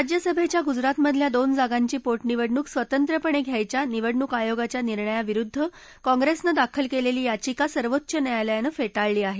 राज्यसभेच्या गुजरातमधल्या दोन जागांची पोटनिवडणूक स्वतंत्रपणे घ्यायच्या निवडणूक आयोगाच्या निर्णयाविरुद्ध काँग्रेसनं दाखल केलेली याचिका सर्वोच्च न्यायालयानं फेटाळली आहे